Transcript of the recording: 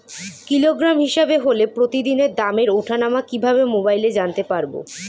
Kilogram হিসাবে হলে প্রতিদিনের দামের ওঠানামা কিভাবে মোবাইলে জানতে পারবো?